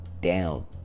down